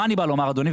מה אני בא לומר, אדוני?